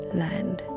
land